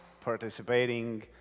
participating